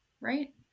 right